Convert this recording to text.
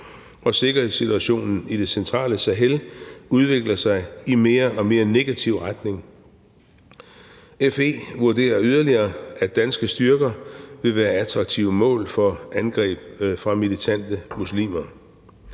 og sikkerhedssituationen i det centrale Sahel udvikler sig i mere og mere negativ retning. FE vurderer yderligere, at danske styrker vil være attraktive mål for angreb fra militante muslimer.